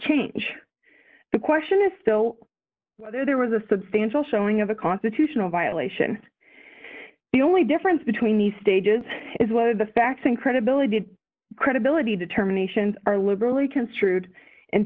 change the question is still whether there was a substantial showing of a constitutional violation the only difference between the stages is what are the facts and credibility of credibility determinations are liberally construed in